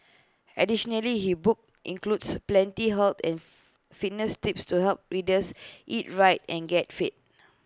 additionally he book includes plenty her and fitness tips to help readers eat right and get fit